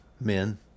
men